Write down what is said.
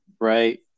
right